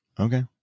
Okay